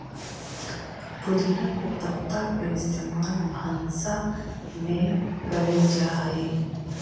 पुदीना के पत्ता के इस्तेमाल भंसा में कएल जा हई